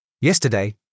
Yesterday